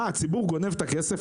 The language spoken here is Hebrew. מה, הציבור גונב את הכסף?